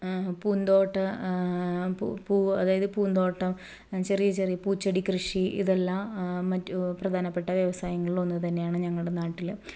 പൂന്തോട്ടം പൂവ് അതായത് പൂന്തോട്ടം ചെറിയ ചെറിയ പൂച്ചെടി കൃഷി ഇതെല്ലാം മറ്റ് പ്രധാനപ്പെട്ട വ്യവസായങ്ങളിൽ ഒന്ന് തന്നെയാണ് ഞങ്ങളുടെ നാട്ടില്